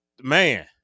man